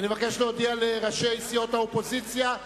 יעלה השר אהרונוביץ על מנת להשיב על שאילתות,